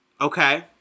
okay